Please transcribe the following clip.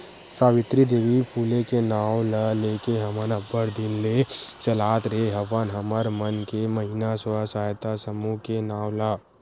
सावित्री देवी फूले के नांव ल लेके हमन अब्बड़ दिन ले चलात रेहे हवन हमर मन के महिना स्व सहायता समूह के नांव ला